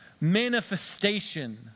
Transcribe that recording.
manifestation